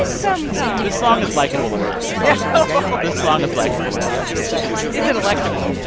sometimes this song is likable enough yeah but but this song is likable enough is it electable?